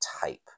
type